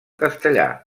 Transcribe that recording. castellà